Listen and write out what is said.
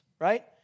Right